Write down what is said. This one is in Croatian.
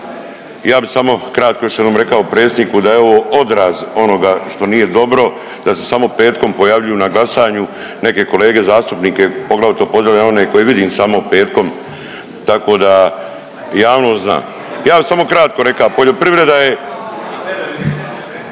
Ja bi samo kratko još jedenom rekao predsjedniku da je ovo odraz onoga što nije dobro, da se samo petkom pojavljuju na glasanju neke kolege zastupnike, poglavito pozdravljam one koje vidim samo petkom tako da javnost zna. Ja bi samo kratko reka, poljoprivreda je